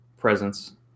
presence